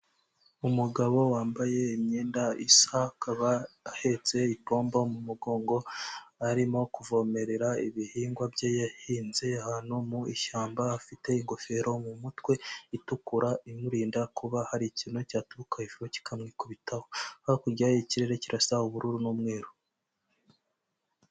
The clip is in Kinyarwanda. Umugabo wambaye imyenda isa, akaba ahetse ipombo mu mugongo, arimo kuvomerera ibihingwa bye yahinze ahantu mu ishyamba, afite ingofero mu mutwe itukura imurinda kuba hari ikintu cyaturuka hejuru kikamwikubitaho. Hakurya ikirere kirasa ubururu n'umweru.